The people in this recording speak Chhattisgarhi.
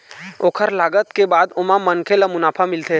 ओखर लागत के बाद ओमा मनखे ल मुनाफा मिलथे